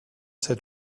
set